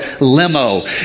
limo